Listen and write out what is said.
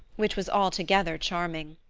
which was altogether charming.